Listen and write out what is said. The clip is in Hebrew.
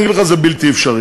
אני אגיד לך שזה בלתי אפשרי,